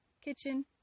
kitchen